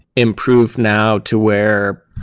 improved now to where,